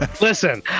Listen